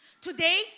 Today